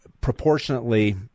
proportionately